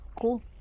Cool